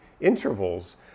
intervals